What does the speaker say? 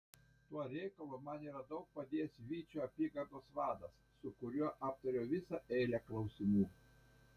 tuo reikalu man yra daug padėjęs vyčio apygardos vadas su kuriuo aptariau visą eilę klausimų